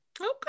okay